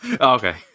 Okay